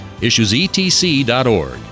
issuesetc.org